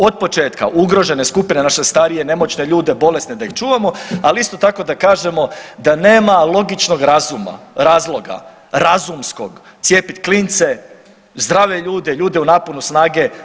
Od početka ugrožene skupine naše starije, nemoćne ljude, bolesne da ih čuvamo, ali isto tako da kažemo da nema logičnog razuma, razloga razumskog cijepit klince, zdrave ljude, ljude u naponu snage.